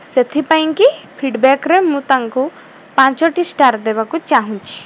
ସେଥିପାଇଁକି ଫିଡ଼ବ୍ୟାକ୍ରେ ମୁଁ ତାଙ୍କୁ ପାଞ୍ଚଟି ଷ୍ଟାର୍ ଦେବାକୁ ଚାହୁଁଛି